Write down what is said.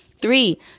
Three